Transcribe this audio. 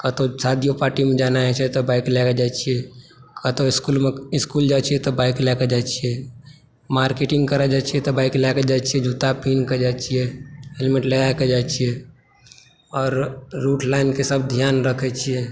कतहु शादियो पार्टिमे जाना रहै छै तऽ बाइक लए कऽ जाइ छियै कतहु इस्कुलमे इस्कुल जाइत छियै तऽ बाइक लए कऽ जाइत छियै मार्केटिंग करय जाइत छियै तऽ बाइक लए कऽ जाइत छियै जूता पिन्ह कऽ जाइत छियै हेलमेट लगा कऽ जाइत छियै आओर रूट लाइनके सभ ध्यान रखैत छियै